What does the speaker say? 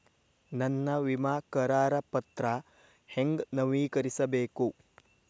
ನನ್ನ ವಿಮಾ ಕರಾರ ಪತ್ರಾ ಹೆಂಗ್ ನವೇಕರಿಸಬೇಕು?